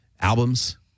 albums